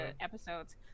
episodes